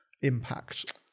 impact